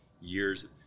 years